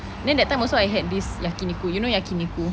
then that time also I had this yakiniku you know yakiniku